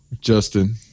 Justin